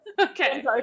Okay